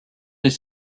des